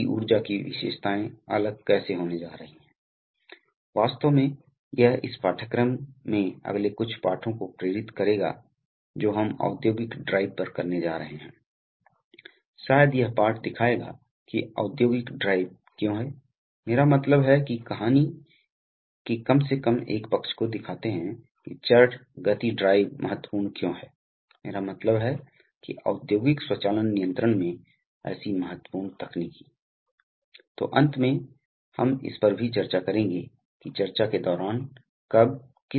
कारणों में से एक यह है कि न्यूमेटिक्स में कॉम्पोनेन्ट की लागत हवा से निपटने के उपकरण जो कंप्रेसर है मूल रूप से कंप्रेसर वास्तव में एप्लीकेशन के बीच साझा किया जाता है इसलिए मान लें कि यदि आप एक कारखाने में जाते हैं तो हम कहते हैं कि फैक्ट्री जैसे टेल्को अगर आप टेल्को के असेंबली प्लांट में जाते हैं तो आप पाएंगे कि कई जगह हैं जहां टुकड़े हैं आपको पता है कि इंजन के टुकड़े इकट्ठे हो रहे हैं इसलिए इन स्थानों में से हर एक में आप पाएंगे कि विभिन्न प्रकार के उपकरणों का उपयोग किया जाना है